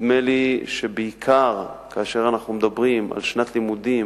נדמה לי שבעיקר כאשר אנחנו מדברים על שנת לימודים